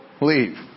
leave